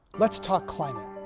let's talk climate